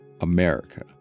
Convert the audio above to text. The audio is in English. America